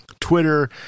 Twitter